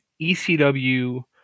ECW